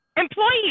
Employees